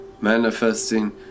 manifesting